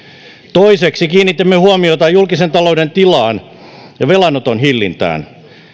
toiseksi kiinnitimme huomiota julkisen talouden tilaan ja velanoton hillintään